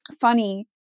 funny